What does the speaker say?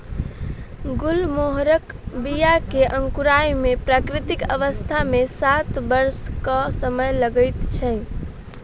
गुलमोहरक बीया के अंकुराय मे प्राकृतिक अवस्था मे सात वर्षक समय लगैत छै